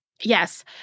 Yes